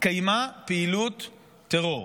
התקיימה פעילות טרור.